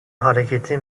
hareketi